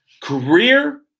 Career